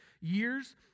years